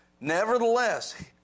Nevertheless